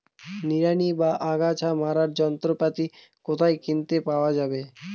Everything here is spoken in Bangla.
নিড়ানি বা আগাছা মারার যন্ত্রপাতি কোথায় কিনতে পাওয়া যাবে?